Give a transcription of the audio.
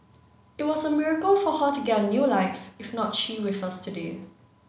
it was a miracle for her to get a new life if not she with us today